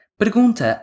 pergunta